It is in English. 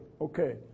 Okay